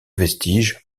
vestiges